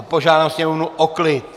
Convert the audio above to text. Požádám sněmovnu o klid!